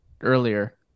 earlier